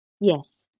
Yes